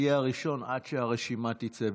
אתה תהיה הראשון עד שהרשימה תצא.